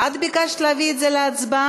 את ביקשת להביא את זה להצבעה?